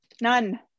none